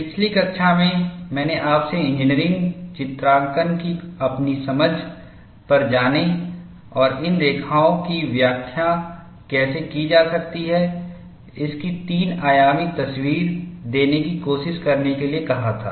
पिछली कक्षा में मैंने आपसे इंजीनियरिंग चित्रांकन की अपनी समझ पर जाने और इन रेखाओं की व्याख्या कैसे की जा सकती है इसकी तीन आयामी तस्वीर देने की कोशिश करने के लिए कहा था